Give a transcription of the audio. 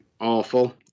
Awful